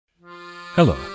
Hello